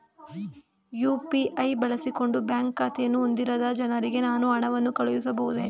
UPI ಬಳಸಿಕೊಂಡು bank ಖಾತೆಯನ್ನು ಹೊಂದಿರದ ಜನರಿಗೆ ನಾನು ಹಣವನ್ನು ಕಳುಹಿಸಬಹುದೇ?